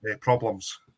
problems